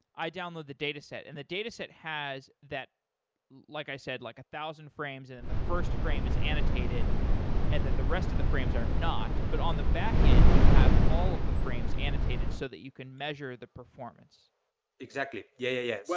i download the dataset and the dataset has that like i said, like a thousand frames, and the first frame is annotated and then the rest of the frame are not. but on the backend, you have all of the frames annotated so that you can measure the performance exactly. yeah.